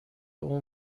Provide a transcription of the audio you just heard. اون